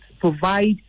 provide